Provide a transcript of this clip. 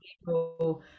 people